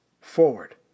forward